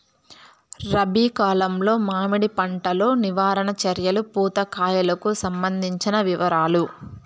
రబి కాలంలో మామిడి పంట లో నివారణ చర్యలు పూత కాయలకు సంబంధించిన వివరాలు?